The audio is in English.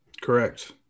Correct